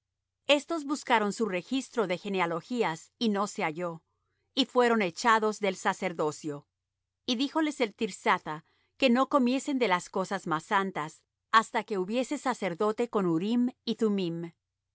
estos buscaron su registro de genealogías y no se halló y fueron echados del sacerdocio y díjoles el tirsatha que no comiesen de las cosas más santas hasta que hubiese sacerdote con urim y